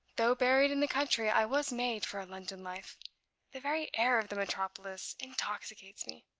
though buried in the country, i was made for a london life the very air of the metropolis intoxicates me